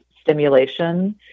stimulation